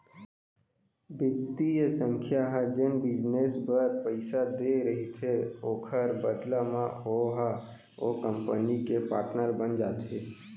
बित्तीय संस्था ह जेन बिजनेस बर पइसा देय रहिथे ओखर बदला म ओहा ओ कंपनी के पाटनर बन जाथे